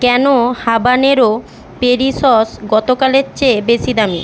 কেন habanero peri sauce গতকালের চেয়ে বেশি দামি